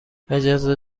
اجازه